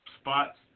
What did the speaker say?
spots